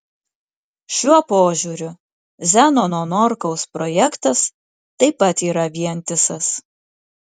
šiuo požiūriu zenono norkaus projektas taip pat yra vientisas